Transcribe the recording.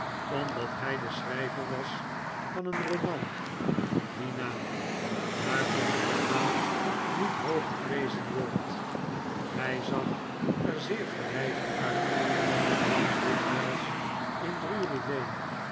omdat hij de schrijver was van een roman van dien naam waarvan de moraal niet hoog geprezen wordt hij zag er zeer verwijfd uit kwam dikwijls in